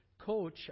coach